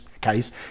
case